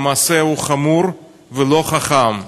המעשה חמור ולא חכם,